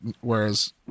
whereas